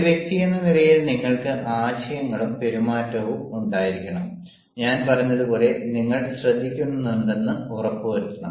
ഒരു വ്യക്തിയെന്ന നിലയിൽ നിങ്ങൾക്ക് ആശയങ്ങളും പെരുമാറ്റവും ഉണ്ടായിരിക്കണം ഞാൻ പറഞ്ഞതുപോലെ നിങ്ങൾ ശ്രദ്ധിക്കുന്നുണ്ടെന്ന് ഉറപ്പുവരുത്തണം